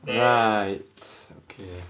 no lah s~ okay